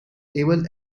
able